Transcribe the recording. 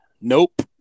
Nope